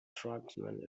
tribesmen